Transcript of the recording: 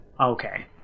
Okay